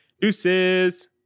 Deuces